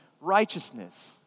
righteousness